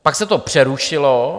Pak se to přerušilo.